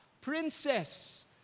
princess